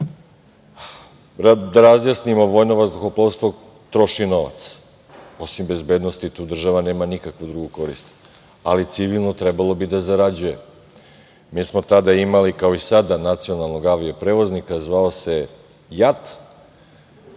Da razjasnimo, vojno vazduhoplovstvo troši novac. Osim bezbednosti, tu država nema nikakvu drugu korist, ali civilno trebalo bi da zarađuje. Mi smo tada imali, kao i sada, nacionalnog avio-prevoznika, zvao se JAT.